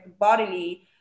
bodily